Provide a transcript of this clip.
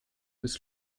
bis